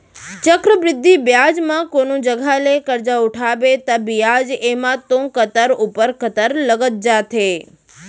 चक्रबृद्धि बियाज म कोनो जघा ले करजा उठाबे ता बियाज एमा तो कंतर ऊपर कंतर लगत जाथे